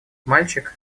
мальчик